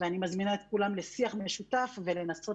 ואני מזמינה את כולם לשיח משותף ולנסות